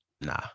nah